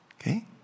Okay